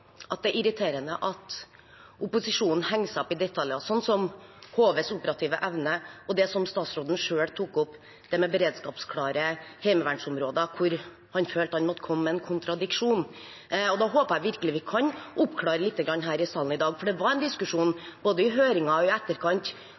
at det er irriterende at opposisjonen henger seg opp i detaljer og sånn, slik som HVs operative evne og det statsråden selv tok opp med hensyn til beredskapsklare heimevernsområder, der han følte han måtte komme med en kontradiksjon. Da håper jeg virkelig vi kan oppklare litt i salen i dag, for det var en diskusjon,